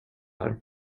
här